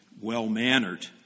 well-mannered